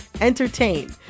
entertain